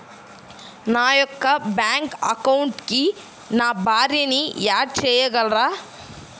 నా యొక్క బ్యాంక్ అకౌంట్కి నా భార్యని యాడ్ చేయగలరా?